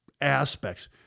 aspects